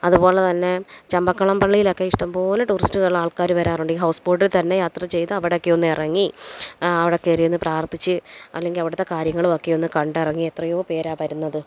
അതുപോലെ തന്നെ ചമ്പക്കുളം പള്ളിയിലൊക്കെ ഇഷ്ടം പോലെ ടൂറിസ്റ്റുകള് ആള്ക്കാര് വരാറുണ്ട് ഈ ഹൗസ് ബോട്ടില് തന്നെ യാത്ര ചെയ്ത് അവടൊക്കെ ഒന്നിറങ്ങി അവടെ കയറി ഒന്ന് പ്രാര്ത്ഥിച്ച് അല്ലെങ്കില് അവിടത്തെ കാര്യങ്ങളൊക്കെ ഒന്ന് കണ്ടിറങ്ങി എത്രയോ പേരാണു വരുന്നത്